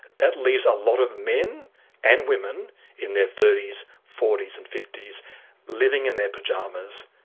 that leaves a lot of men and women in their thirty forty s and fifty s living in their pyjamas,